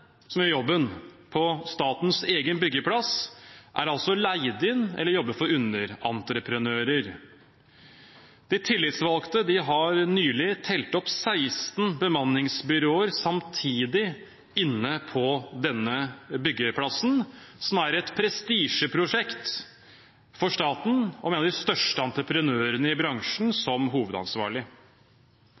som gjør jobben på statens egen byggeplass, er altså leid inn eller jobber for underentreprenører. De tillitsvalgte har nylig telt opp 16 bemanningsbyråer samtidig inne på denne byggeplassen, som er et prestisjeprosjekt for staten og med en av de største entreprenørene i bransjen som hovedansvarlig.